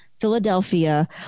Philadelphia